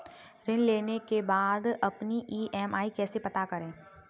ऋण लेने के बाद अपनी ई.एम.आई कैसे पता करें?